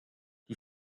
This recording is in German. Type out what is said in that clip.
die